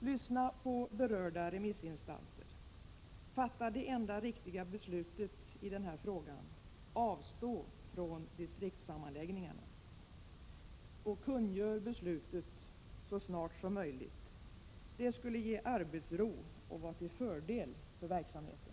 Lyssna på berörda remissinstanser. Fatta det enda riktiga beslutet i den här frågan — avstå från distriktssammanläggningarna. Kungör beslutet så snart som möjligt. Det skulle ge arbetsro och vara till fördel för verksamheten.